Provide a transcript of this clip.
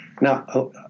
Now